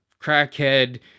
crackhead